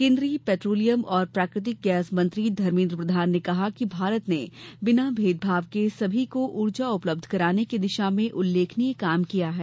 केन्द्रीय पैट्रोलियम और प्राकृतिक गैस मंत्री धर्मेन्द्र प्रधान ने कहा कि भारत ने बिना भेदभाव के सभी को ऊर्जा उपलब्ध कराने की दिशा में उल्लेखनीय काम किया है